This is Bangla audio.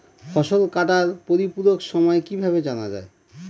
ফসল কাটার পরিপূরক সময় কিভাবে জানা যায়?